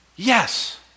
Yes